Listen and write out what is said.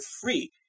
free